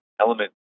element